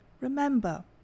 Remember